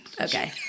Okay